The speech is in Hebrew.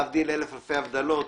להבדיל אלף אלפי הבדלות,